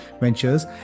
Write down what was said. Ventures